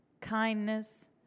kindness